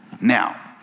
Now